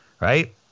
right